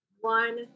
one